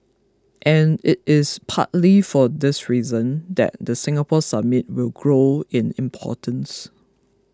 and it is partly for this reason that the Singapore Summit will grow in importance